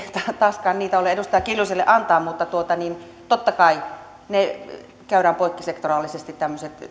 taaskaan ole edustaja kiljuselle antaa mutta totta kai käydään poikkisektoraalisesti tämmöiset